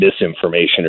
misinformation